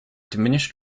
diminished